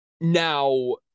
Now